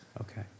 Okay